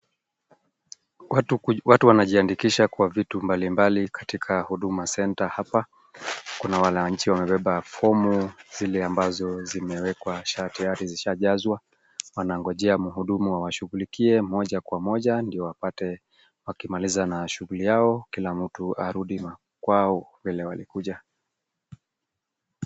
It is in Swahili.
Watu wanajiandikisha kwa vitu mbalimbali katika Huduma Center, hapa kuna wananchi ambao wamebeba fomu zile ambazo zimewekwa tayari zishajazwa, wanangojea mhudumu awashughulikie mmoja kwa mmoja ndio wapate wakimaliza na shughuli yao, kila mtu arudi makwao vile walikuja.